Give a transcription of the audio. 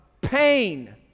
pain